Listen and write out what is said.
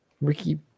Ricky